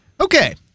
Okay